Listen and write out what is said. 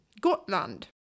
Gotland